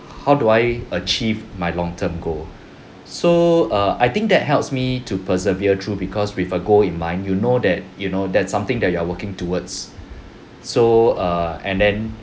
how do I achieve my long term goal so uh I think that helps me to persevere through because with a goal in mind you know that you know that something that you are working towards so err and then